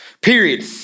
Period